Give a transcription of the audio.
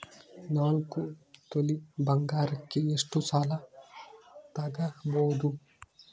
ನಾಲ್ಕು ತೊಲಿ ಬಂಗಾರಕ್ಕೆ ಎಷ್ಟು ಸಾಲ ತಗಬೋದು?